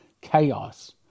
Chaos